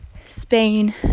Spain